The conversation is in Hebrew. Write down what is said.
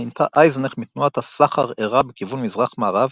נהנתה אייזנך מתנועת סחר ערה בכיוון מזרח-מערב